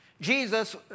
Jesus